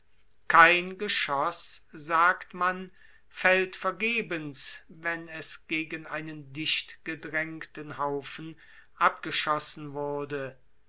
kein geschoß sagt man fällt vergebens wenn es gegen einen dichtgedrängten haufen abgeschossen wurde